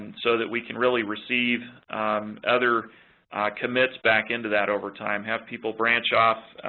so that we can really receive other commits back into that over time, have people branch off,